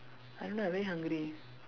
I don't know I very hungry